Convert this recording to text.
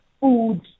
food